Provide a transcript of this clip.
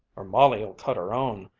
or molly'll cut her own.